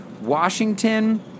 Washington